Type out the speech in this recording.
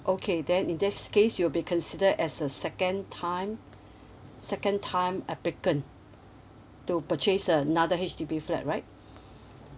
okay then in this case you'll be consider as a second time second time applicant to purchase another H_D_B flat right